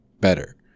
better